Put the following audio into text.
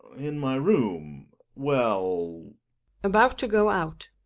in my room well about to go out.